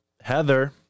Heather